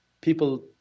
People